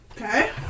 Okay